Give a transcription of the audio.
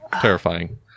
terrifying